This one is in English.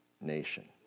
nation